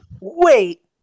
Wait